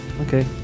Okay